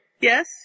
Yes